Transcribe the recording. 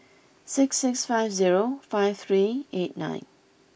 six six five zero five three eight nine